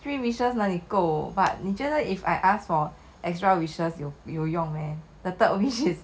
three wishes 哪里够 but 你觉得 if I ask for extra wishes 有用咩 the third wish